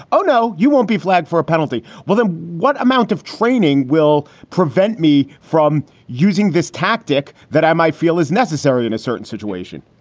oh, no, you won't be flagged for a penalty. well, then what amount of training will prevent me from using this tactic that i might feel is necessary in a certain situation?